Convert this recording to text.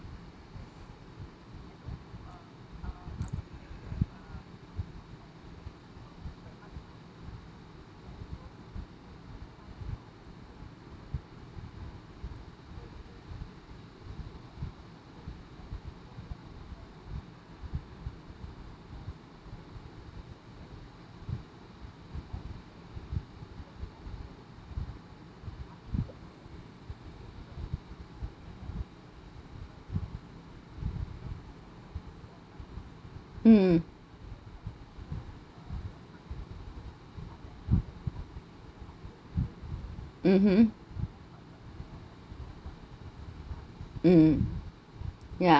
mm mmhmm mm ya